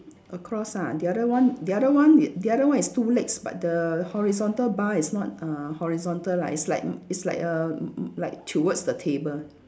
across ah the other one the other one y~ the other one is two legs but the horizontal bar is not uh horizontal lah it's like m~ it's like err m~ m~ like towards the table